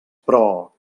però